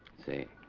see